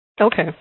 Okay